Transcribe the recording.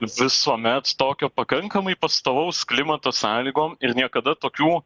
visuomet tokio pakankamai pastovaus klimato sąlygom ir niekada tokių